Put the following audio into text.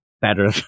better